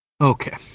Okay